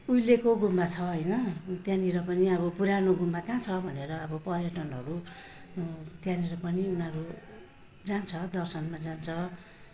उहिलेको गुम्बा छ होइन त्यहाँनिर पनि अब पुरानो गुम्बा कहाँ छ भनेर अब पर्यटनहरू त्यहाँनिर पनि उनीहरू जान्छ दर्शनमा जान्छ